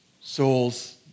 Souls